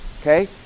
Okay